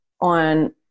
on